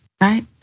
right